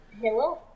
Hello